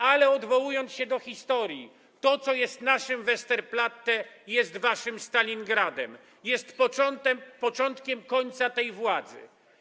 Ale, odwołując się do historii, to, co jest naszym Westerplatte, jest waszym Stalingradem, jest początkiem końca tej władzy.